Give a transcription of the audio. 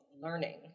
learning